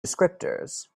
descriptors